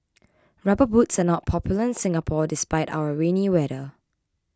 rubber boots are not popular in Singapore despite our rainy weather